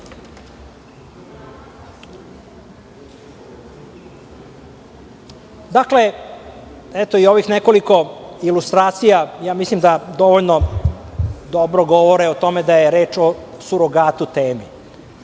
Vlade. Eto, i ovih nekoliko ilustracija mislim da dovoljno dobro govore o tome da je reč o surogatu temi,